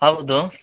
ಹೌದು